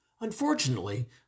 Unfortunately